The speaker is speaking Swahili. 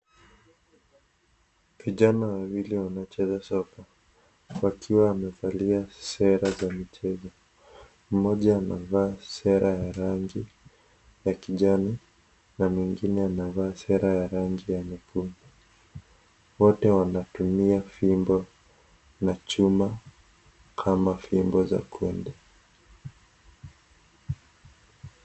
Vijana wawili wanacheza soka. Wakiwa wamevalia sare za michezo. Mmoja amevaa sare ya rangi ya kijani na mwingine anavaa sare ya rangi ya nyekundu. Wote wanatumia fimbo na chuma kama fimbo za kuenda.